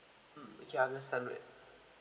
mm okay understand it